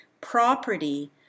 property